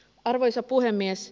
arvoisa puhemies